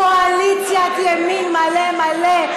קואליציית ימין מלא מלא,